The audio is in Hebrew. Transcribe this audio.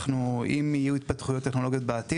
אם יהיו התפתחויות טכנולוגיות בעתיד,